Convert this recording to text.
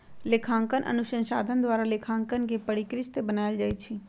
लेखांकन अनुसंधान द्वारा लेखांकन के परिष्कृत बनायल जाइ छइ